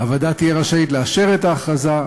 הוועדה תהיה רשאית לאשר את ההכרזה,